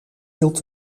hield